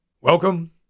Welcome